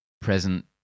present